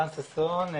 רן ששון,